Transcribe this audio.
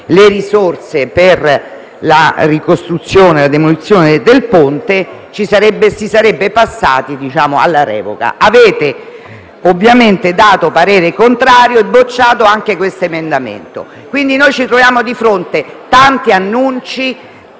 delle risorse per la ricostruzione e la demolizione del ponte, si sarebbe passati alla revoca. Avete ovviamente espresso parere contrario e respinto anche questo emendamento. Quindi, ci troviamo di fronte a tanti annunci